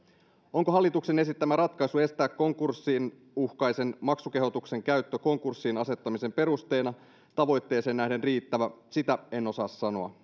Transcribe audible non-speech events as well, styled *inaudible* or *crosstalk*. onko hallituksen esittämä ratkaisu estää konkurssiuhkaisen maksukehotuksen käyttö konkurssiin asettamisen perusteena tavoitteeseen nähden riittävä sitä en osaa sanoa *unintelligible*